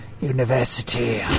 university